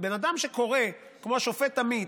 בן אדם שקורא, כמו השופט עמית,